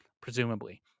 presumably